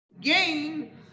gain